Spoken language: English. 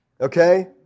Okay